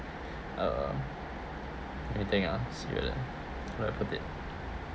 uh let me think ah see whether where I put it